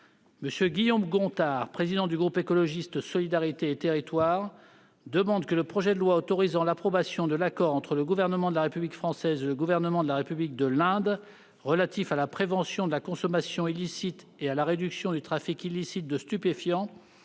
M. Guillaume Gontard, président du groupe Écologiste - Solidarité et Territoires demande que le projet de loi autorisant l'approbation de l'accord entre le Gouvernement de la République française et le Gouvernement de la République de l'Inde relatif à la prévention de la consommation illicite et à la réduction du trafic illicite de stupéfiants,